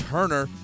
Turner